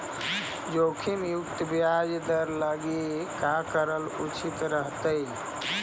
जोखिम मुक्त ब्याज दर लागी का करल उचित रहतई?